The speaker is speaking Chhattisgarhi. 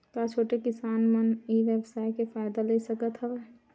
का छोटे किसान मन ई व्यवसाय के फ़ायदा ले सकत हवय?